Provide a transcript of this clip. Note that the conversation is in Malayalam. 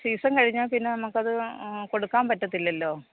സീസൺ കഴിഞ്ഞാൽ പിന്നെ നമുക്കത് കൊടുക്കാൻ പറ്റത്തില്ലല്ലോ